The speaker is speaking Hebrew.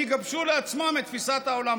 והם יגבשו לעצמם את תפיסת העולם.